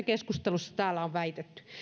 keskustelussa täällä on väitetty